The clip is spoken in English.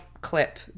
clip